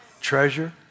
Treasure